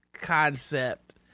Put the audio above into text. Concept